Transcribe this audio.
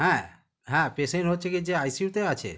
হ্যাঁ হ্যাঁ পেশেন্ট হচ্ছে কি যে আই সি ইউতে আছে